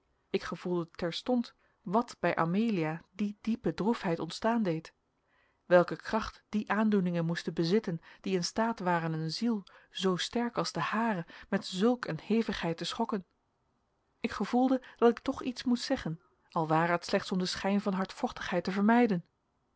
ik gevoelde terstond wat bij amelia die diepe droefheid ontstaan deed welke kracht die aandoeningen moesten bezitten die in staat waren een ziel zoo sterk als de hare met zulk een hevigheid te schokken ik gevoelde dat ik toch iets moest zeggen al ware het slechts om den schijn van hardvochtigheid te vermijden